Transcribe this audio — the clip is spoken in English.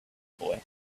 boy